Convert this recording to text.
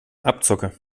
abzocke